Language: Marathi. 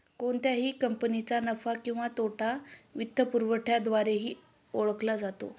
कोणत्याही कंपनीचा नफा किंवा तोटा वित्तपुरवठ्याद्वारेही ओळखला जातो